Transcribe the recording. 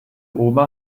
oma